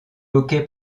hockey